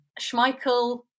Schmeichel